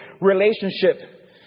relationship